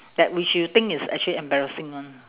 that which you think is actually embarrassing [one]